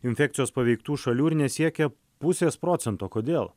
infekcijos paveiktų šalių ir nesiekia pusės procento kodėl